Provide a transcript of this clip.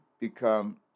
become